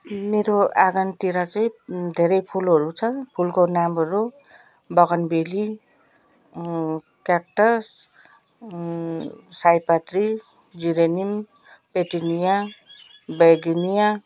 मेरो आँगनतिर चाहिँ धेरै फुलहरू छ फुलको नामहरू बगानबेली क्याक्टस् सयपत्री जिरेनिम पेटेलिया बेगेनिया